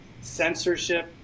Censorship